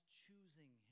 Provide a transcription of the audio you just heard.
choosing